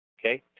okay